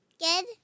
Good